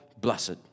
blessed